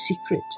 Secret